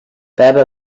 baba